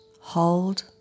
Hold